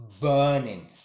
burning